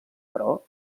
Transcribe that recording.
però